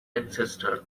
ancestor